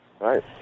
right